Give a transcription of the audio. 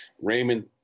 Raymond